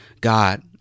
God